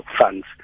funds